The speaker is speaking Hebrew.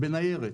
בניירת.